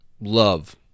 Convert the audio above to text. love